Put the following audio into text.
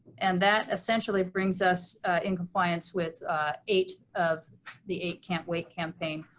and that essentially brings us in compliance with eight of the eight can't wait campaign.